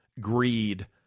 greed